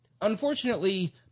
unfortunately